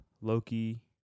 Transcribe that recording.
Loki